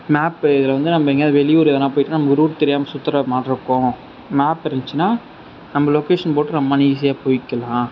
map இதில் வந்து நம்ம என்கேயாவுது வெளியூர் எதுனா போய்ட்டு நமக்கு ரூட் தெரியாமல் சுத்துகிற மாட்டுற போவோம் ஸ்னாப்பு இருந்துச்சின்னால் நம்ம லொகேஷன் போட்டு நம்ம அங்கே ஈஸியாக போயிக்கலாம்